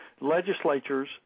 legislatures